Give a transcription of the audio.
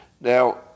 Now